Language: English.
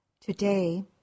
today